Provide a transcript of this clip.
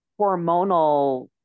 hormonal